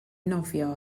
nofio